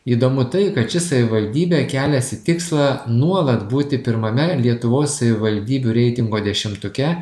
įdomu tai kad ši savivaldybė keliasi tikslą nuolat būti pirmame lietuvos savivaldybių reitingo dešimtuke